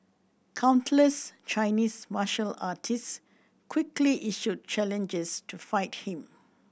countless Chinese martial artists quickly issued challenges to fight him